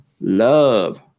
love